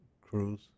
cruise